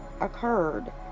occurred